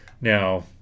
Now